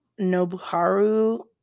Nobuharu